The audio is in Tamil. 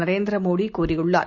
நரேந்திரமோடிகூறியுள்ளார்